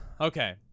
Okay